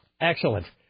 Excellent